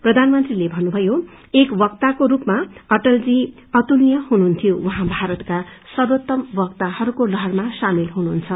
प्रधानमन्त्रीले भन्नुभयो एक वक्ताको रूपमा अटलजी अतुलनीय हुनुहुन्थ्यो उहाँ भारतका सर्वोत्तम वक्ताहरूको लहरमा सामेल हुनुहुन्छ